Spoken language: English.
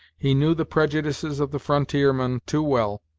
he knew the prejudices of the frontiermen too well,